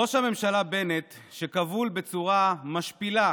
ראש הממשלה בנט, שכבול בצורה משפילה